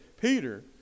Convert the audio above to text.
Peter